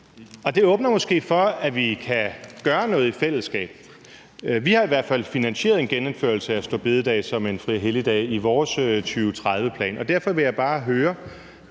Det åbner måske for, at vi kan gøre noget i fællesskab. Vi har i hvert fald finansieret en genindførelse af store bededag som en fri- og helligdag i vores 2030-plan. Derfor vil jeg bare høre,